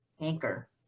anchor